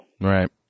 Right